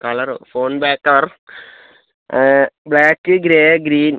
colour phone back cover black grey green